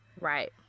Right